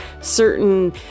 certain